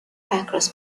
across